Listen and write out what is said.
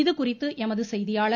இதுகுறித்து எமது செய்தியாளர்